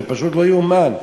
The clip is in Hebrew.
זה פשוט לא ייאמן.